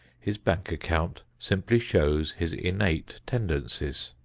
his bank account simply shows his innate tendencies.